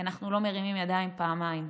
כי אנחנו לא מרימים ידיים פעמיים: